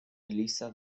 eliza